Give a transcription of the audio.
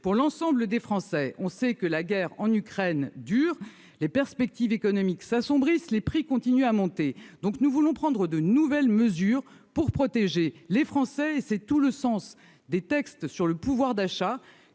pour l'ensemble des Français. La guerre en Ukraine dure, les perspectives économiques s'assombrissent, les prix continuent à monter. Nous voulons donc prendre de nouvelles mesures pour les protéger. C'est tout le sens des textes sur le pouvoir d'achat